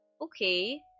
okay